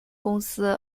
公司